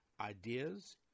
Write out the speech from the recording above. ideas